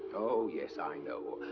oh, yes, i know.